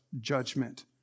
judgment